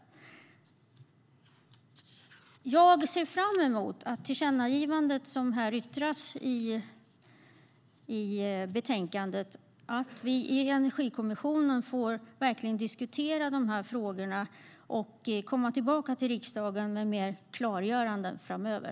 Jag ser fram emot att vi i Energikommissionen genom tillkännagivandet enligt betänkandet verkligen får diskutera de här frågorna och komma tillbaka till riksdagen med klargöranden framöver.